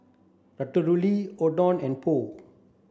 Ratatouille Oden and Pho